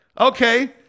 Okay